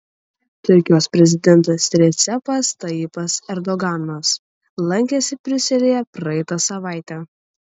turkijos prezidentas recepas tayyipas erdoganas lankėsi briuselyje praeitą savaitę